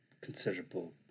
considerable